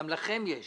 גם לכם יש השגות,